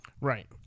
Right